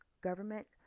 government